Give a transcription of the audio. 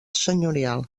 senyorial